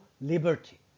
liberty